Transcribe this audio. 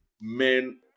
men